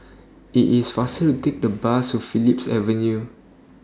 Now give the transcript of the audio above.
IS IT faster to Take The Bus to Phillips Avenue